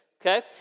Okay